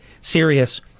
serious